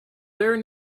there